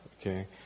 okay